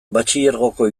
batxilergoko